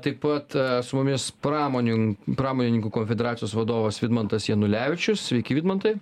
taip pat su mumis pramonin pramonininkų konfederacijos vadovas vidmantas janulevičius sveiki vidmantai